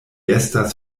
estas